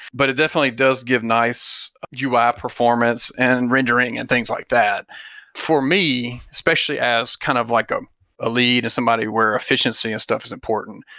but definitely does give nice ui ah performance and rendering and things like that for me, especially as kind of like um a lead and somebody where efficiency and stuff is important,